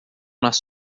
nas